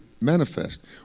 manifest